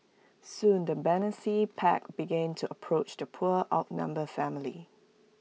soon the pack began to approach the poor outnumbered family